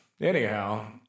anyhow